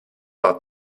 out